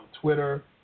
Twitter